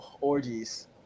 orgies